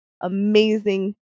amazing